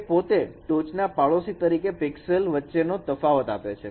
તે પોતે ટોચના પાડોશી તરીકે પિક્સેલ વચ્ચેનો તફાવત આપે છે